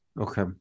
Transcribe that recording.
Okay